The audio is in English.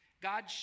God